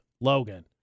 Logan